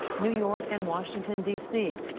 new york, and washington, d c.